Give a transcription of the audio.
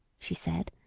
she said,